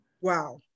wow